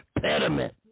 pediment